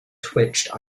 twitched